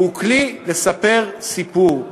והוא כלי לספר סיפור.